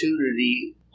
opportunity